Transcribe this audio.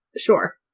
Sure